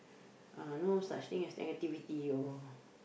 uh no such thing as negativity or